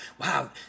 Wow